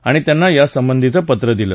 आणि त्यांना यासंबंधीचं पत्र दिलं